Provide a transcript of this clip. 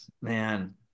man